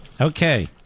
Okay